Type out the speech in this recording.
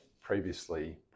previously